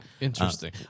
Interesting